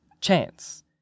chance